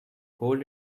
hold